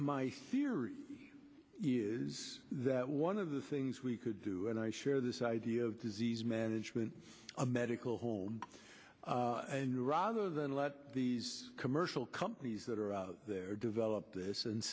theory is that one of the things we could do and i share this idea of disease management a medical home and rather than let these commercial companies that are out there develop this and